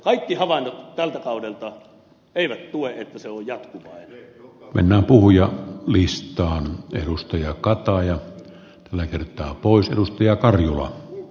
kaikki havainnot tältä kaudelta eileen tulee tosi lujaa mennään puhujan eivät tue sitä että se on ollut jatkuvaa